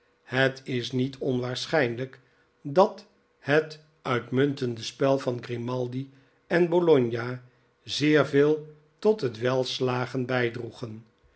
het is niet onwaarschijnlijk dat het uitmuntende spel van grimaldi en bologna zeer veel tot het welslagen bijdroegen